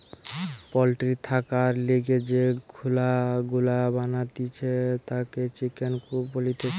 poultry থাকার লিগে যে খুলা গুলা বানাতিছে তাকে চিকেন কূপ বলতিছে